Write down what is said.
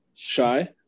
Shy